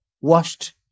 Washed